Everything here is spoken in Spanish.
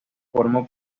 formó